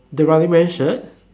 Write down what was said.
the running man shirt